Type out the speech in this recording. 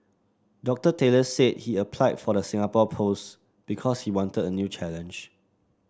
Doctor Taylor said he applied for the Singapore post because he wanted a new challenge